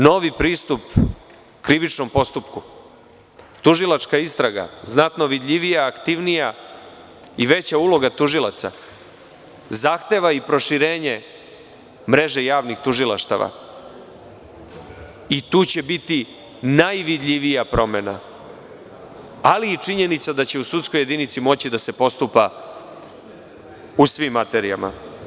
Novi pristup krivičnom postupku, tužilačka istraga znatno vidljivija, aktivnija i veća uloga tužilaca, zahteva i proširenje mreže javnih tužilaštava i tu će biti najvidljivija primena, ali i činjenica da će u sudskoj jedinici moći da se postupa u svim materijama.